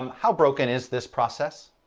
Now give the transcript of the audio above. um how broken is this process?